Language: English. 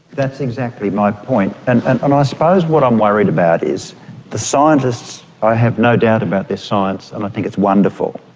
that's exactly my point. and and i suppose what i'm worried about is the scientists, i have no doubt about their science and i think it's wonderful,